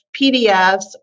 PDFs